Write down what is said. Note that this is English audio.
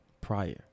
prior